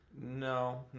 No